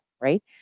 right